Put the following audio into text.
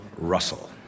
Russell